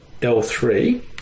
L3